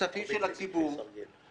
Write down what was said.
יש שנים ש-5.5% זה אפילו לטובה,